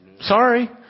Sorry